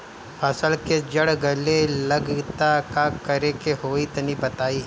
फसल के जड़ गले लागि त का करेके होई तनि बताई?